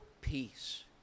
peace